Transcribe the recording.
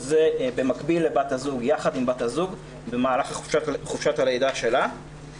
זה יחד עם בת הזוג במהלך חופשת הלידה שלה.